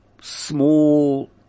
small